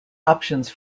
options